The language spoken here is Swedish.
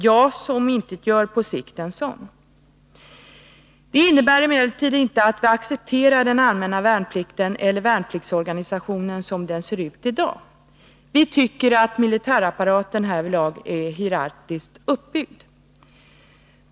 JAS omintetgör på sikt en sådan. Att vi värnar om värnplikten innebär emellertid inte att vi accepterar den eller värnpliktsorganisationen som den ser ut i dag. Vi tycker att militärapparaten är hierarkiskt uppbyggd.